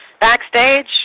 backstage